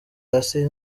hasi